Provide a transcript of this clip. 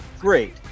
great